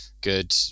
good